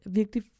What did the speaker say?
virkelig